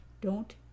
Don't